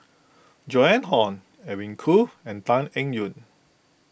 Joan Hon Edwin Koo and Tan Eng Yoon